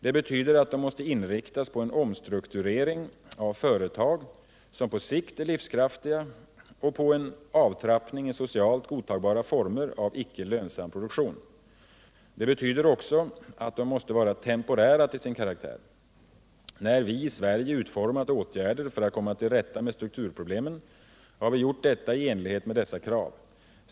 Det betyder att de måste inriktas på en omstrukturering av företag som på sikt är livskraftiga och på en avtrappning i socialt godtagbara former av icke lönsam produktion. Det betyder också att de måste vara temporära till sin karaktär. När vi i Sverige utformat åtgärder för att komma till rätta med strukturproblemen har vi gjort detta i enlighet med dessa krav.